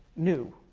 new.